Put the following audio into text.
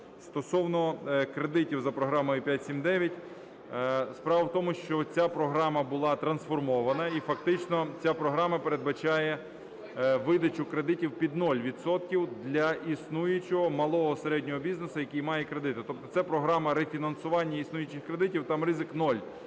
Стосовно кредитів за програмою 5-7-9. Справа в тому, що ця програма була трансформована, і фактично ця програма передбачає видачу кредитів під нуль відсотків для існуючого малого і середнього бізнесу, який має кредити. Тобто це програма рефінансування існуючих кредитів, там ризик